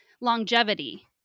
longevity